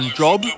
job